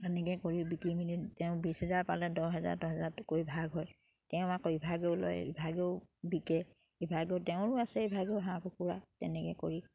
তেনেকে কৰি বিকি মেলি তেওঁ বিছ হেজাৰ পালে দহ হেজাৰ দহ হেজাৰটো কৈ ভাগ হয় তেওঁ আকৌ ইভাগেও লয় ইভাগেও বিকে ইভাগেও তেওঁৰো আছে ইভাগেও হাঁহ কুকুৰা তেনেকে কৰি